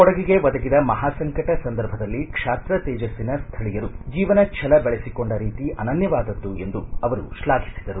ಕೊಡಗಿಗೆ ಒದಗಿದ ಮಹಾಸಂಕಟ ಸಂದರ್ಭದಲ್ಲಿ ಕ್ಷಾತ್ರ ತೇಜ್ಗಿನ ಸ್ಥಳೀಯರು ಜೀವನ ಛಲ ಬೆಳೆಸಿಕೊಂಡ ರೀತಿ ಅನನ್ನವಾದದ್ದು ಎಂದು ಅವರು ಶ್ಲಾಘಿಸಿದರು